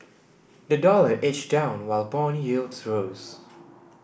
the dollar edged down while bond yields rose